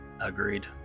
Agreed